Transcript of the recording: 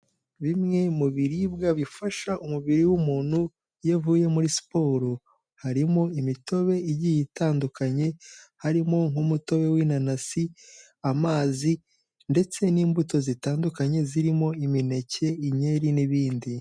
Bimwe mu biribwa bifasha umubiri w'umuntu iyo avuye muri siporo, harimo imitobe igiye itandukanye, harimo nk'umutobe w'inanasi, amazi ndetse n'imbuto zitandukanye zirimo imineke, inkeri n'ibindi.